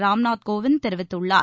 ராம்நாத் கோவிந்த் தெரிவித்துள்ளார்